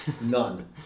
None